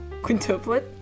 Quintuplet